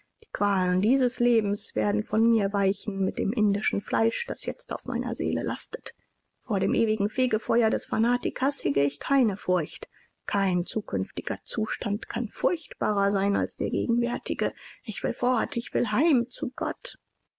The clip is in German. die qualen dieses lebens werden von mir weichen mit dem irdischen fleisch das jetzt auf meiner seele lastet vor dem ewigen fegefeuer des fanatikers hege ich keine furcht kein zukünftiger zustand kann furchtbarer sein als der gegenwärtige ich will fort ich will heim zu gott